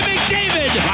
McDavid